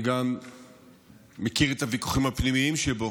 אני גם מכיר את הוויכוחים הפנימיים שבו